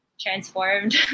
transformed